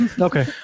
Okay